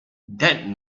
that